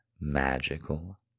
magical